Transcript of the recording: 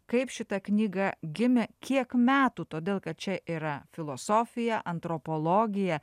kaip šita knyga gimė kiek metų todėl kad čia yra filosofija antropologija